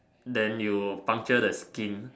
then you puncture the skin